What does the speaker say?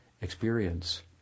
experience